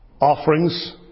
offerings